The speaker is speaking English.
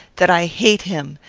that i hate him,